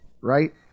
Right